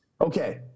Okay